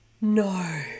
No